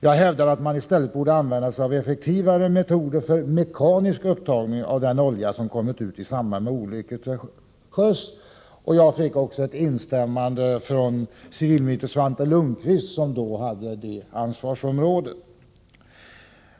Jag hävdade att man i stället borde använda sig av effektivare metoder för mekanisk upptagning av olja som kommit ut i samband med olyckor till sjöss. Dåvarande civilministern Svante Lundkvist, som vid den tidpunkten hade ansvaret för detta område, instämde med mig.